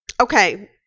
Okay